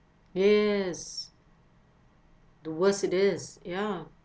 yes the worse it is ya